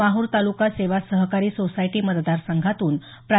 माहूर तालुका सेवा सहकारी सोसायटी मतदार संघातून प्रा